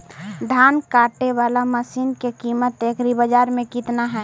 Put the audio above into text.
धान काटे बाला मशिन के किमत एग्रीबाजार मे कितना है?